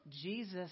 Jesus